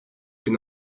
bin